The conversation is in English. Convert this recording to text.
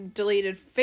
deleted